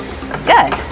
good